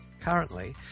Currently